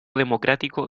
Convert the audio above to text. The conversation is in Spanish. democrático